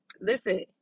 Listen